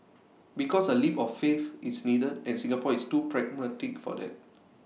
because A leap of faith is needed and Singapore is too pragmatic for that